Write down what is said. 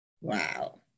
Wow